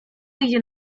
idzie